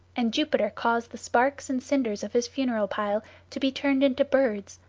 and jupiter caused the sparks and cinders of his funeral pile to be turned into birds,